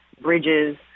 bridges